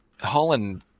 Holland